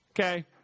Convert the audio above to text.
Okay